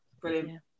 Brilliant